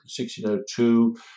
1602